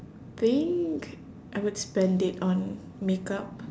think I would spend it on makeup